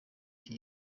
iki